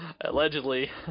allegedly